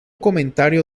comentario